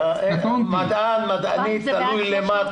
מדען, מדענית, תלוי למה.